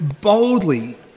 boldly